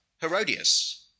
Herodias